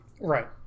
Right